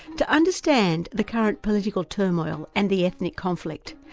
to understand the current political turmoil and the ethnic conflict,